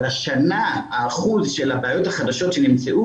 אבל השנה האחוז של הבעיות החדשות שנמצאו